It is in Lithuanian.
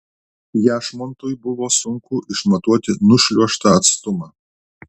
jašmontui buvo sunku išmatuoti nušliuožtą atstumą